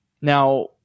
Now